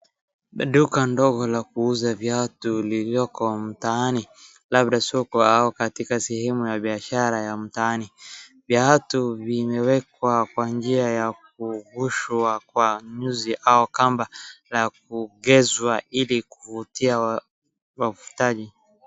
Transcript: Duka ndogo la kuuza viatu lililoko mtaani, labda soko au katika sehemu ya biashara ya mtaani. Viatu vimewekwa kwa njia ya kugushwa kwa nyuzi au kamba la kugezwa ili kuvutia wavutaji.